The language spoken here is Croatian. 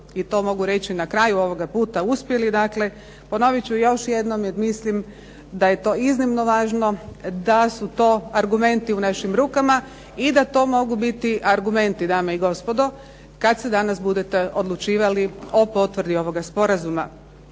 i to mogu reći na kraju ovoga puta uspjeli, dakle ponovit ću još jednom, jer mislim da je to iznimno važno, da su to argumenti u našim rukama i da to mogu biti argumenti dame i gospodo, kada se danas budete odlučivali o potvrdi ovoga sporazuma.